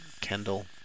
Kendall